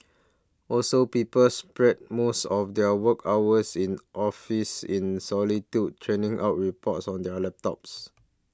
also people spread most of their work hours in office in solitude churning out reports on their laptops